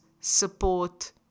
support